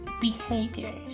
behaviors